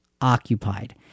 occupied